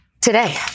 today